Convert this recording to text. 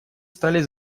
стали